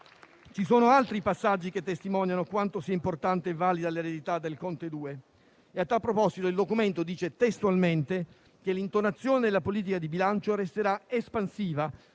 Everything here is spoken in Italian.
ci sono altri passaggi che testimoniano quanto sia importante e valida l'eredità del Governo Conte II. A tal proposito, il documento dice testualmente che l'intonazione della politica di bilancio resterà espansiva